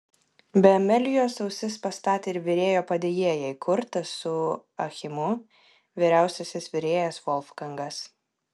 be amelijos ausis pastatė ir virėjo padėjėjai kurtas su achimu vyriausiasis virėjas volfgangas